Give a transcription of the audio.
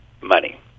money